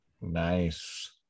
nice